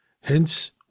Hence